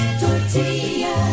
tortilla